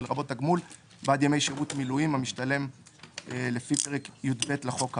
ולרבות תגמול בעד ימי שירות במילואים המשתלם לפי פרק י"ב לחוק האמור,"